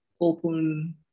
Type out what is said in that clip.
open